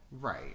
right